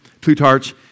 Plutarch